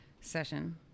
session